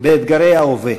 באתגרי ההווה.